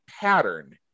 pattern